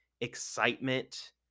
excitement